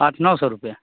آٹھ نو سو روپئے